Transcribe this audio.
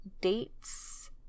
dates